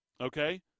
okay